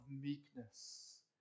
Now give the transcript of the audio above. meekness